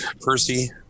Percy